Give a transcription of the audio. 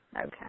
Okay